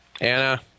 Anna